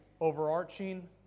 overarching